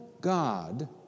God